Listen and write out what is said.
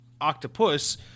Octopus